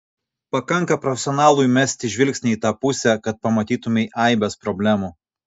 pakanka profesionalui mesti žvilgsnį į tą pusę kad pamatytumei aibes problemų